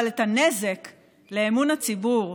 אבל את הנזק לאמון הציבור,